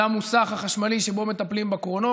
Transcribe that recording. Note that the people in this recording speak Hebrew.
למוסך החשמלי שבו מטפלים בקרונות,